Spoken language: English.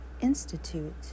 institute